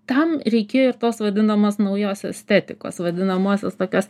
tam reikėjo ir tos vadinamos naujos estetikos vadinamosios tokios